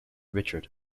richard